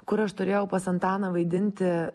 kur aš turėjau pas antaną vaidinti